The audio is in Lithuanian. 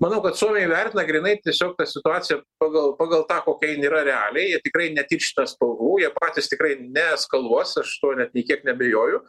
manau kad suomiai vertina grynai tiesiog tą situaciją pagal pagal tą kokia jin yra realiai tikrai netirština spalvų jie patys tikrai neeskaluos aš tuo net nė kiek neabejoju